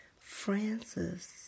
Francis